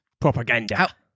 Propaganda